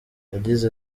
yagize